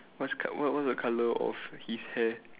what c~ what what the colour of his hair